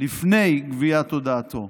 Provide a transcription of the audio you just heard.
לפני גביית הודאתו.